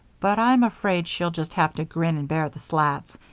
but i'm afraid she'll just have to grin and bear the slats,